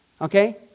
Okay